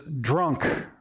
drunk